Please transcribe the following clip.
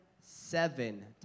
seven